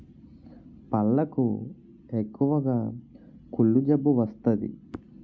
పళ్లకు ఎక్కువగా కుళ్ళు జబ్బు వస్తాది